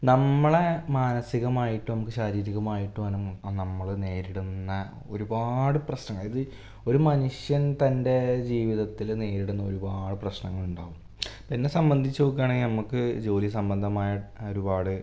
നമ്മളെ മനസികമായിട്ടും നമുക്ക് ശാരീരികമായിട്ടും നമ്മള് നേരിടുന്ന ഒരുപാട് പ്രശ്നങ്ങൾ ഇത് ഒരു മനുഷ്യൻ തൻ്റെ ജീവിതത്തില് നേരിടുന്ന ഒരുപാട് പ്രശ്നങ്ങളുണ്ടാകും ഇപ്പം എന്നെ സംബന്ധിച്ച് നോക്കാണെങ്കില് നമുക്ക് ജോലി സംബന്ധമായ ഒരുപാട്